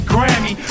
Grammy